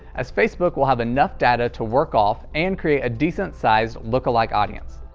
as facebook will have enough data to work off and create a decent sized lookalike audience.